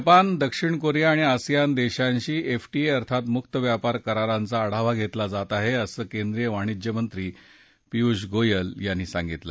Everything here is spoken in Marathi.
जपान दक्षिण कोरिया आणि आसियन देशांशी एफटीए अर्थात मुक्त व्यापार करारांचा आढावा घेतला जात आहे असं केंद्रीय वाणिज्यमंत्री पियुष गोयल यांनी सांगितलं